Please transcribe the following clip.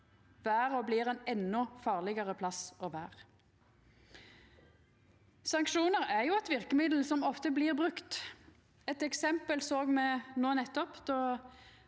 Verda blir ein endå farlegare plass å vera. Sanksjonar er eit verkemiddel som ofte blir brukt. Eit eksempel såg me no nettopp,